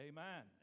Amen